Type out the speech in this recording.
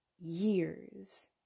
years